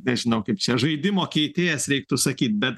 nežinau kaip čia žaidimo keitėjas reiktų sakyti bet